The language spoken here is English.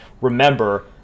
remember